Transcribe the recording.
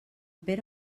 pere